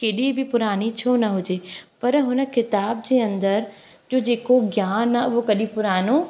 केॾी बि पुरानी छो न हुजे पर हुन किताब जे अंदरि जो जेको ज्ञान आहे उहो कॾहिं पुरानो